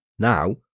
Now